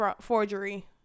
forgery